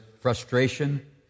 frustration